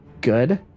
Good